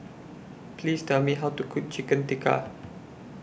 Please Tell Me How to Cook Chicken Tikka